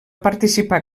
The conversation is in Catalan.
participar